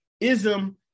ism